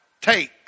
take